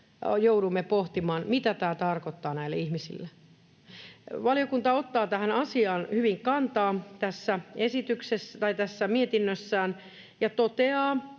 joudumme pohtimaan, mitä tämä heille tarkoittaa. Valiokunta ottaa tähän asiaan hyvin kantaa tässä mietinnössään ja toteaa,